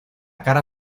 cara